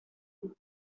local